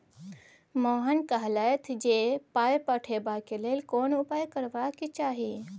मोहन कहलथि जे पाय पठेबाक लेल कोन उपाय करबाक चाही